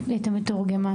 בלי לערבב,